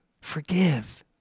Forgive